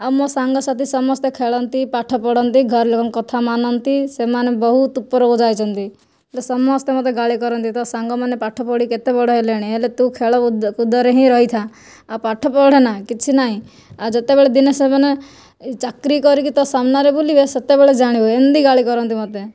ଆଉ ମୋ' ସାଙ୍ଗସାଥି ସମସ୍ତେ ଖେଳନ୍ତି ପାଠ ପଢ଼ନ୍ତି ଘରଲୋକଙ୍କ କଥା ମାନନ୍ତି ସେମାନେ ବହୁତ ଉପରକୁ ଯାଇଛନ୍ତି ସମସ୍ତେ ମୋତେ ଗାଳି କରନ୍ତି ତୋ' ସାଙ୍ଗମାନେ ପାଠପଢ଼ି କେତେ ବଡ଼ ହେଲେଣି ହେଲେ ତୁ ଖେଳ କୁଦରେ ହିଁ ରହିଥା ଆଉ ପାଠ ପଢ଼େନା କିଛି ନାଇଁ ଆଉ ଯେତେବେଳେ ଦିନେ ସେମାନେ ଚାକିରୀ କରିକି ତୋ ସାମ୍ନାରେ ବୁଲିବେ ସେତେବେଳେ ଜାଣିବୁ ଏମିତି ଗାଳି କରନ୍ତି ମୋତେ